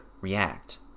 react